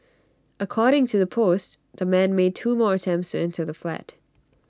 according to the post the man made two more attempts enter the flat